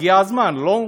הגיע הזמן, לא?